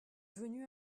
venu